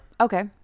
Okay